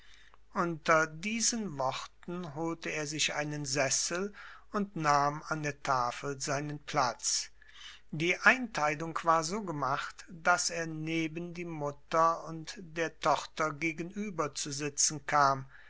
unter diesen worten holte er sich einen sessel und nahm an der tafel seinen platz die einteilung war so gemacht daß er neben die mutter und der tochter gegenüber zu sitzen kam